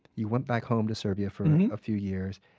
you went back home to serbia for a few years,